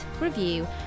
review